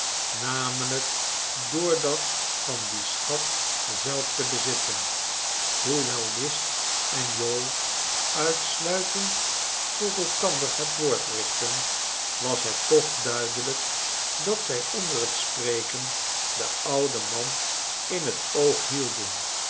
namelijk door dat van dien schat zelf te bezitten hoewel list en jowl uitsluitend tot elkander het woord richtten was het toch duidelijk dat zij onder het spreken den ouden man in het oog hielden